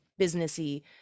businessy